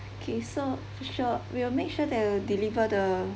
okay so sure we will make sure they will deliver the